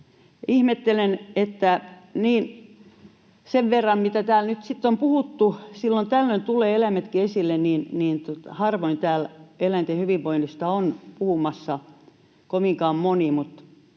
Ihmettelen, että sen verran, mitä täällä nyt sitten on puhuttu — silloin tällöin tulevat eläimetkin esille — niin harvoin täällä eläinten hyvinvoinnista on puhumassa kovinkaan moni,